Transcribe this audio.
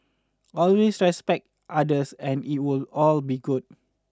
always respect others and it would all will be good